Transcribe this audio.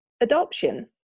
adoption